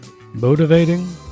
motivating